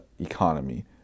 economy